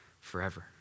forever